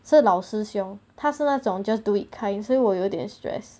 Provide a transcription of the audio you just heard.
是老师凶他是那种 just do it kinds 所以我有点 stress